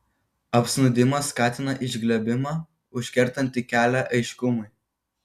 apsnūdimas skatina išglebimą užkertantį kelią aiškumui